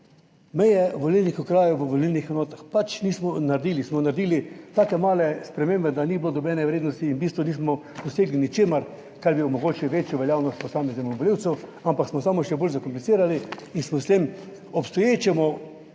meje volilnih okrajev v volilnih enotah. Pač nismo naredili, smo naredili take male spremembe, da ni bilo nobene vrednosti in v bistvu nismo dosegli ničesar, kar bi omogočilo večjo veljavnost posameznemu volivcu, ampak smo samo še bolj zakomplicirali in smo s tem obstoječem